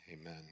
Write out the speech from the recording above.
Amen